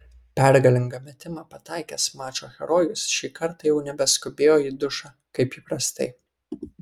pergalingą metimą pataikęs mačo herojus šį kartą jau nebeskubėjo į dušą kaip įprastai